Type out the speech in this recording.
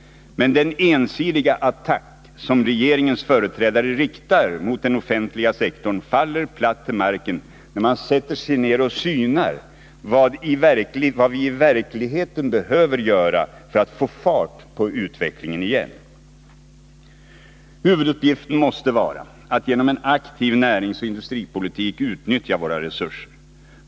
Men den ensidiga attack som regeringens företrädare riktar mot den offentliga sektorn faller platt till marken när man sätter sig ner och synar vad vi i verkligheten behöver göra för att få fart på utvecklingen igen. Huvuduppgiften måste vara att genom en aktiv näringsoch industripolitik utnyttja våra resurser.